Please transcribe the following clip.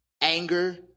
anger